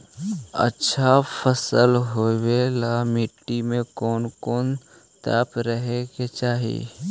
अच्छा फसल होबे ल मट्टी में कोन कोन तत्त्व रहे के चाही?